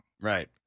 right